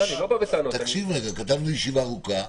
הסעיף הזה בא לתת הסמכה במקום כמה דברי חקיקה שבתוקף כרגע,